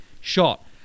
shot